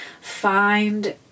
find